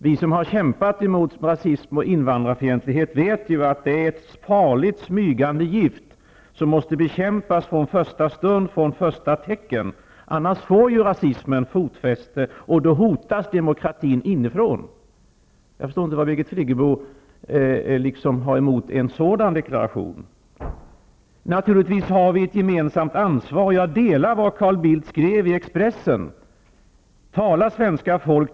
Vi som har kämpat mot rasism och invandrarfientlighet vet ju att det är ett farligt, smygande gift som måste bekämpas från första stund och från första tecken. Annars får rasismen fotfäste, och då hotas demokratin inifrån. Jag förstår inte vad Birgit Friggebo har emot en sådan deklaration. Naturligtvis har vi ett gemensamt ansvar. Jag instämmer i det som Carl Bildt skrev i Expressen: Tala svenska folk!